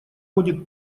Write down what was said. будет